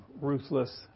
ruthless